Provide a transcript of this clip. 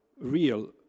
real